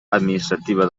administrativa